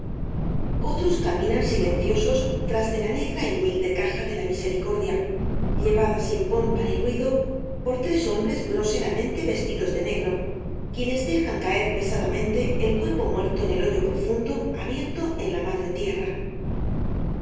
otros caminan silenciosos tras de la negra y humilde caja de la misericordia llevada sin pompa ni ruido por tres hombres groseramente vestidos de negro quienes dejan caer pesadamente el cuerpo muerto en el hoyo profundo abierto en la madre tierra